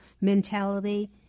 mentality